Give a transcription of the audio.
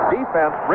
Defense